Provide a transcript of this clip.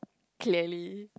clearly